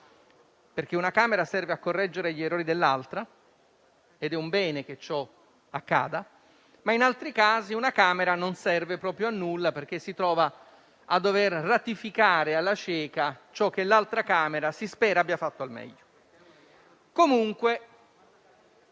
perché una Camera serve a correggere gli errori dell'altra ed è un bene che ciò accada, ma in altri casi un ramo del Parlamento non serve a nulla perché si trova a dover ratificare alla cieca ciò che l'altra Camera si spera abbia fatto al meglio.